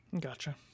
Gotcha